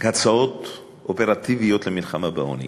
הצעות אופרטיביות למלחמה בעוני.